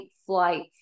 flight